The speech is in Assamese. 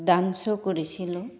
ডান্সো কৰিছিলোঁ